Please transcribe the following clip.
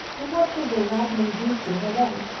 and what good will latin and greek do her then?